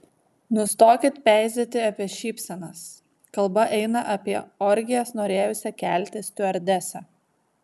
nustokit peizėti apie šypsenas kalba eina apie orgijas norėjusią kelti stiuardesę